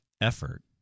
effort